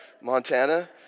Montana